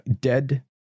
dead